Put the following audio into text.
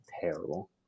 terrible